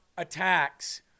attacks